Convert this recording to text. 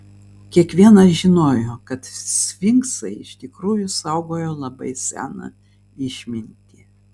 kiekvienas žinojo kad sfinksai iš tikrųjų saugojo labai seną išmintį